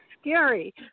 scary